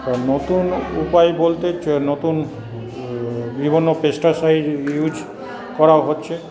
নতুন উপায় বলতে নতুন বিভিন্ন পেস্টিসাইড ইউজ করা হচ্ছে